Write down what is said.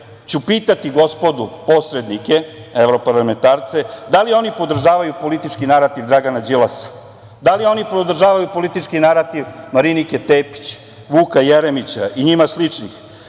ću pitati gospodu posrednike, evroparlamentarce, da li oni podržavaju politički narativ Dragana Đilasa? Da li oni podržavaju politički narativ Marinike Tepić, Vuka Jeremića i njima sličnih?